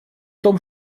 том